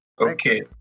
Okay